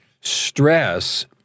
stress